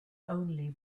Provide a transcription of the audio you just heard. only